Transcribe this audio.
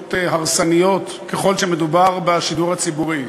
הרסניות ככל שמדובר בשידור הציבורי,